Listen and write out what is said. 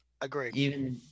agree